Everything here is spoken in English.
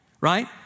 right